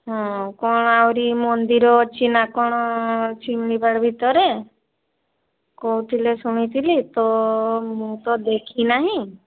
ହଁ କ'ଣ ଆହୁରି ମନ୍ଦିର ଅଛି ନାଁ କ'ଣ ଶିମିଳିପାଳ ଭିତରେ କହୁଥିଲେ ଶୁଣିଥିଲି ତ ମୁଁ ତ ଦେଖିନାହିଁ